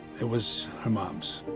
it was her mom's.